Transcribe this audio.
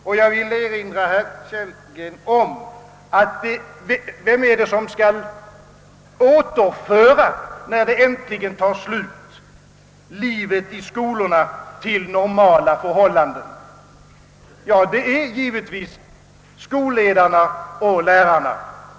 Och, herr Kellgren, när strejken äntligen är bilagd, vem är det då som skall återföra livet i skolorna till normala förhållanden? Jo, det är givetvis skolledarna och lärarna.